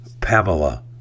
Pamela